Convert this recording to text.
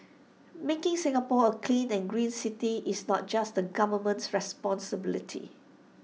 making Singapore A clean and green city is not just the government's responsibility